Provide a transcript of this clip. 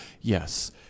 yes